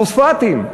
פוספטים,